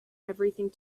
everything